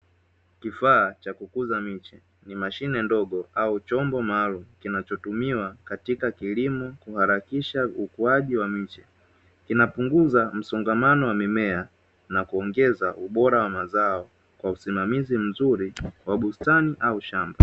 Kifaa cha kukuza miche ni mashine ndogo au chombo maalumu, kinachotumiwa katika kilimo kuharakisha ukuaji wa miche. Kinapunguza msongamano wa mimea, na kuongeza ubora wa mazao, kwa usimamizi mzuri wa bustani au shamba.